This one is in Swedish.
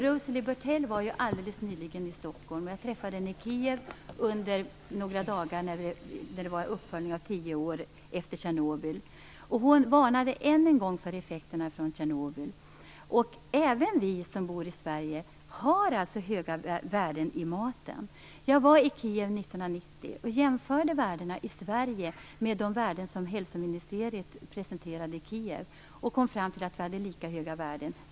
Rosalie Bertell var alldeles nyligen i Stockholm, och jag träffade henne i Kiev under några dagar när det var en uppföljning av tio år efter Tjernobyl. Hon varnade än en gång för effekterna från Tjernobyl. Även vi som bor i Sverige har höga värden i maten. Jag var i Kiev 1990 och jämförde värdena i Sverige med de värden som hälsoministeriet presenterade i Kiev. Jag kom fram till att vi hade lika höga värden.